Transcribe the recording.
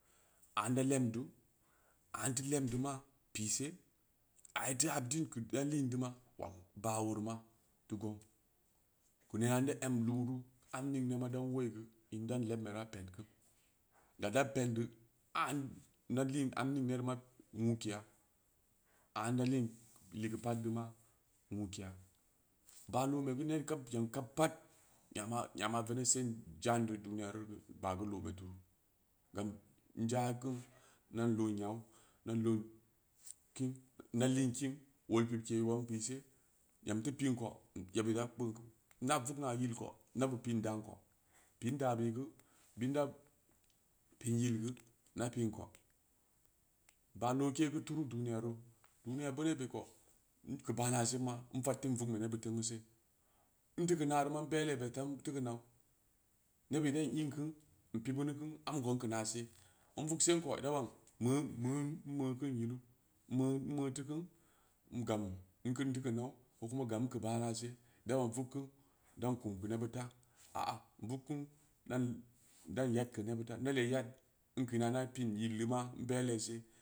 A inda lebm du a in teu lebm deu ma pii se a iteu hab din keu ida lin deuma baah ori ma teu gong keu nena ida em lumuru am nng ne ma indan wo'i geu indan lebin be ma pedn ku da dab pedn deu an da lin am ning ne ma wuu keya a inda lin ligeu pat deu ma wuu keya baah loome geu pat yama- yama yeneb sen jandu duniyaruru baah geu loomei turu gam inja ku indan leen nyau in dan leen kin in da leen kin wol pip ke wong pise yam teu piin kou yebud ida gko kpeen inda vugn a yil kou inda beu piin daan kou piin inda beu geu bit inda piin yil geu inda piin kou baah loke geu turu duniyaru duniya boonau be ko in keu baah na sen ma in fatin vugnbe nebud tunguu se in teu keu narima in be lee bell teu in teu keu nau nebud idan in ku in pii bunu ku am kou in keu na se in vug sen kou idan baan meu-meu in meu kem yilu meu in meu teu ku ngam in keun keu nau ko kuma gam in keu baah na se da baan in vugku dan kum keu nebud ta a- a in vugkeun dan yad keu nebud ta inda lee yadn in keu ina inda piin yil deu ma in be lee se.